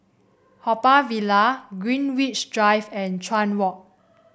Haw Par Villa Greenwich Drive and Chuan Walk